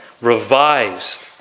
revised